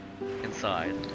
inside